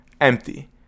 empty